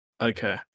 Okay